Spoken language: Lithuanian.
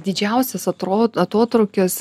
didžiausias atrod atotrūkis